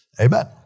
Amen